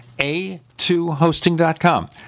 a2hosting.com